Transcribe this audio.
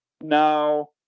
Now